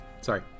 sorry